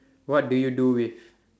what do you do with